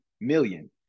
million